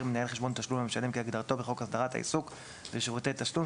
מנהל חשבון תשלום למשלם כהגדרתו בחוק הסדרת העיסוק בשירותי תשלום,